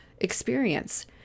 experience